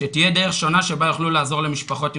שתהיה דרך שונה שיוכלו לעזור למשפחות עם